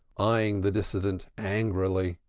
eyeing the dissentient angrily.